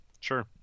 sure